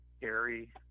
Gary